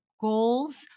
goals